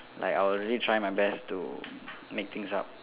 like I will really try my best to make things up